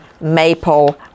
Maple